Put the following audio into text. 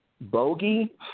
Bogey